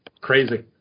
Crazy